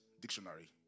Dictionary